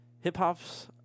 hip-hop's